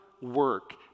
work